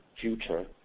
future